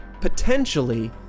potentially